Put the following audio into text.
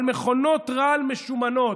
על מכונות רעל משומנות,